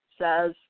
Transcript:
says